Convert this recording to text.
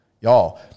y'all